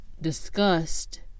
discussed